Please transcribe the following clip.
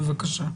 בבקשה.